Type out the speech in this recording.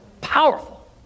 Powerful